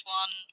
one